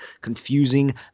confusing